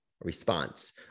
response